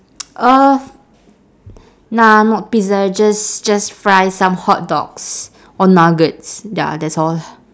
uh nah not pizza just just fry some hotdogs or nuggets dah that's all